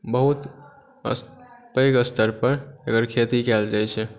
बहुत पैघ स्तर पर एकर खेती कयल जाइत छै